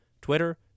Twitter